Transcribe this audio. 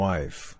Wife